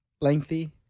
lengthy